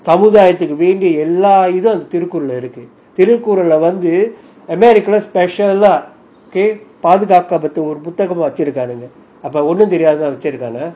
தமிழ்தான்:tamilthan okay எல்லாஇதும்திருக்குறள்லஇருக்குதிருக்குறள்லவந்துஅமெரிக்காலபாதுகாப்பாஒருபுத்தகம்வச்சிருக்காங்கஅப்போஒன்னும்தெரியாமதான்வச்சிருக்கானா:ella idhum thirukuralla iruku thirukuralla vandhu americala padhukapa oru puthagam vachirukanga apo onnum theriamathan vachirukana